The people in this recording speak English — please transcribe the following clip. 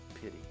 pity